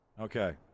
Okay